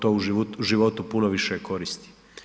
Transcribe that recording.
To u životu puno više koristi.